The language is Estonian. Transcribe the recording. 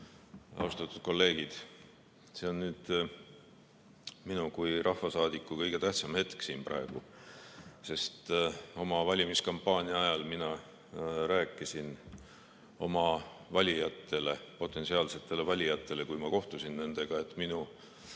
Austatud kolleegid! See on nüüd minu kui rahvasaadiku kõige tähtsam hetk siin praegu, sest valimiskampaania ajal rääkisin ma oma potentsiaalsetele valijatele, kui ma nendega kohtusin,